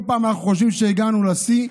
כל פעם שאנחנו חושבים שהגענו לשיא,